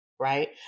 right